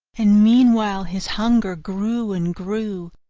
and meanwhile his hunger grew and grew.